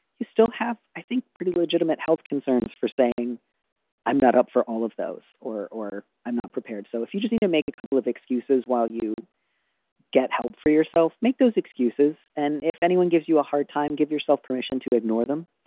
you still have, i think, pretty legitimate health concerns for saying i'm not up for all of those or or i'm not prepared. so if you just need to you know make a couple of excuses while you get help for yourself, make those excuses. and if anyone gives you a hard time, give yourself permission to ignore them,